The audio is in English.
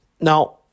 Now